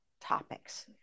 topics